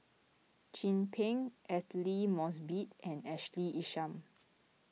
Chin Peng Aidli Mosbit and Ashley Isham